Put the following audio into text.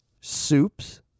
soups